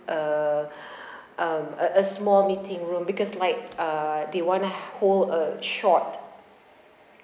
a um a a small meeting room because like uh they want to hav~ hold a short